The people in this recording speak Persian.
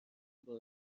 بار